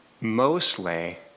mostly